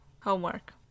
homework